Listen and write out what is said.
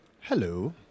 Hello